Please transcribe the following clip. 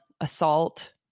assault